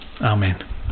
Amen